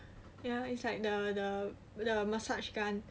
ya it's like the the the massage gun